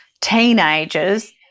teenagers